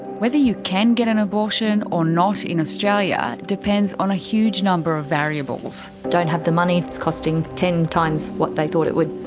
whether you can get an abortion or not in australia depends on a huge number of variables. don't have the money, it's costing ten times what they thought it would.